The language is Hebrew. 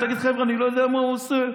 תגיד: חבר'ה, אני לא יודע מה הוא עושה,